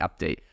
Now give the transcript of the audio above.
update